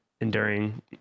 Enduring